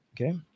Okay